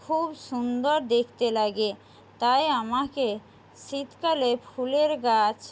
খুব সুন্দর দেখতে লাগে তাই আমাকে শীতকালে ফুলের গাছ